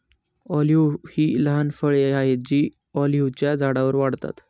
olive ही लहान फळे आहेत जी ऑलिव्हच्या झाडांवर वाढतात